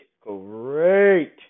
great